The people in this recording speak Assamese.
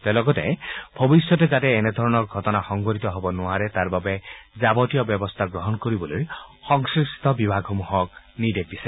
তেওঁ লগতে ভৱিষ্যতে যাতে এনে ধৰণৰ ঘটনা সংঘটিত হ'ব নোৱাৰে তাৰবাবে যাৱতীয় ব্যৱস্থা গ্ৰহণ কৰিবলৈ সংশ্লিষ্ট বিভাগসমূহক নিৰ্দেশ দিছে